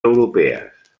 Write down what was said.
europees